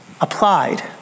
applied